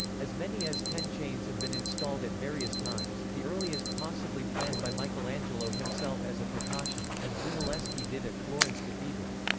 as many as ten chains have been installed at various times, the earliest possibly planned by michelangelo himself as a precaution, as brunelleschi did at florence cathedral.